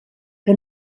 que